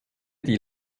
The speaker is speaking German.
die